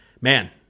man